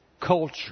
culture